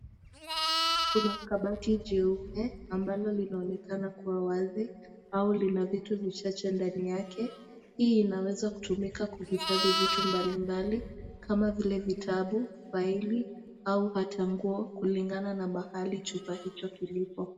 Kuna kabati jeupe ambalo linaonekana kuwa wazi au lina vitu vichache ndani yake. Hii inaweza kutumika kuhifadhi vitu mbali mbali kama vile vitabu, faili au hata nguo kulingana na mahali chumba hicho kilipo.